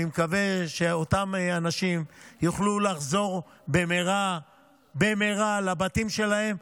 אני מקווה שאותם אנשים יוכלו לחזור במהרה במהרה לבתים שלהם,